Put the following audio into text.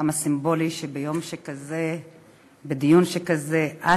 כמה סימבולי שביום שכזה בדיון שכזה את